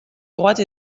droite